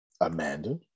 Amanda